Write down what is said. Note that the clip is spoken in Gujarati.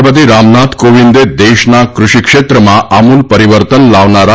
રાષ્ટ્રપતિ રામનાથ કોવિંદે દેશનાં કૃષિ ક્ષેત્રમાં આમૂલ પરિવર્તન લાવનારાં